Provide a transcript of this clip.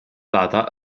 data